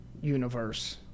universe